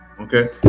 Okay